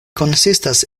konsistas